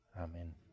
amen